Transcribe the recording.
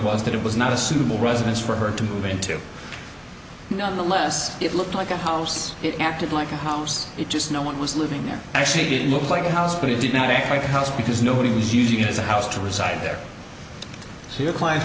was that it was not a suitable residence for her to move into nonetheless it looked like a house it acted like a house it just no one was living there actually it looked like a house but it did not mean my house because nobody was using it as a house to reside there so your client